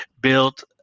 built